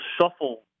shuffle